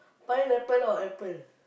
pineapple or apple